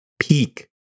peak